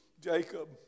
Jacob